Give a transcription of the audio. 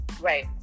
Right